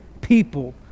people